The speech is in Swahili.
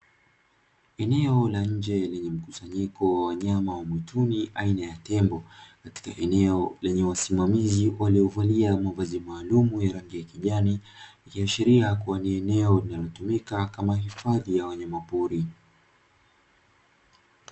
Eneo la nje lenye mkusanyiko wa wanyama wa mwituni aina ya tembo, katika eneo lenye wasimamizi waliovalia mavazi maalumu ya rangi ya kijani. Ikiashiria kuwa ni eneo linalotumika kama hifadhi ya wanyamapori.